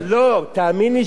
לא, תאמין לי שלא.